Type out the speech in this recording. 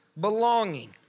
belonging